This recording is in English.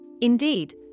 Indeed